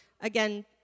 again